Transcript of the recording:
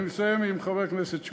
אני מסיים עם חבר הכנסת שמולי.